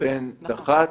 בין דח"צ,